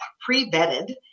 pre-vetted